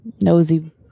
Nosy